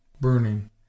burning